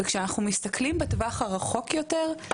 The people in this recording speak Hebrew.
אם אנחנו מסתכלים לטווח רחוק יותר,